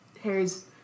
Harry's